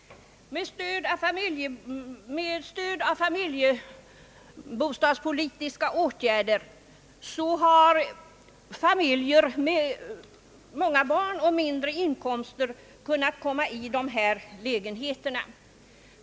Med stöd av familjebostadspolitiska åtgärder har familjer med många barn och mindre inkomster kunnat komma in i dessa nya lägenheter.